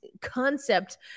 concept